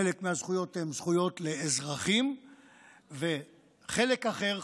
חלק מהזכויות הן זכויות לאזרחים וחלק אחר,